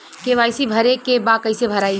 KYC भरे के बा कइसे भराई?